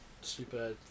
super